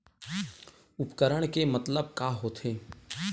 उपकरण के मतलब का होथे?